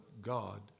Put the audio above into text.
God